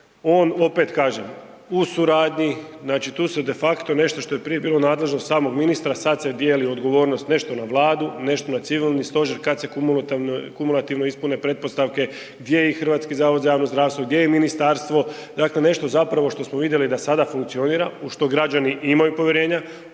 on opet kažem u suradnji znači tu su de facto nešto što je prije bilo nadležnost samog ministra sada se dijeli odgovornost, nešto na Vladu, nešto na Civilni stožer kada se kumulativno ispune pretpostavke gdje je HZJZ, gdje je ministarstvo dakle nešto zapravo što smo vidjeli da sada funkcionira u što građani imaju povjerenja,